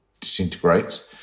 disintegrates